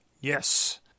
Yes